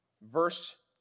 verse